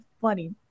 Funny